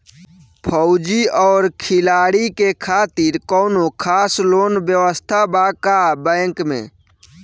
फौजी और खिलाड़ी के खातिर कौनो खास लोन व्यवस्था बा का बैंक में?